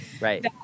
Right